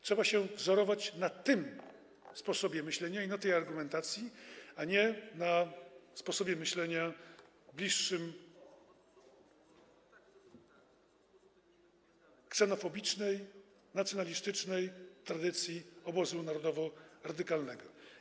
Trzeba się wzorować na tym sposobie myślenia i na tej argumentacji, a nie na sposobie myślenia bliższym ksenofobicznej, nacjonalistycznej tradycji Obozu Narodowo-Radykalnego.